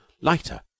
lighter